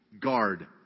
Guard